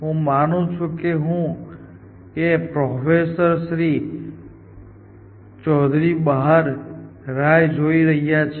હું માનું છું કે પ્રોફેસર શ્રી ચૌધરી બહાર રાહ જોઈ રહ્યા છે